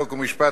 חוק ומשפט,